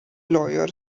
lawyer